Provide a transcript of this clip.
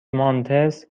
مانتس